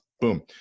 Boom